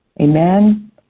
Amen